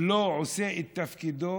לא עושה את תפקידו,